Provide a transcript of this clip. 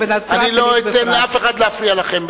אני לא אתן לאף אחד להפריע לכם בדיבורכם.